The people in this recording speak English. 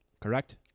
Correct